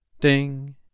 Ding